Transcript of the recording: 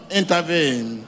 intervene